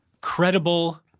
credible